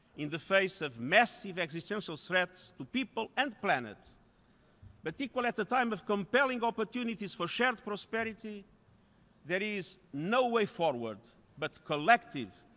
in the face of massive, existential threats to people and planet but equally at a time of compelling opportunities for shared prosperity there is no way forward but collective,